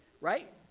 right